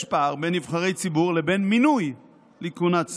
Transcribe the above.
יש פער בין נבחרי ציבור לבין מינוי לכהונת שר.